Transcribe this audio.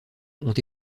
ont